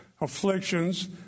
afflictions